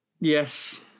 Yes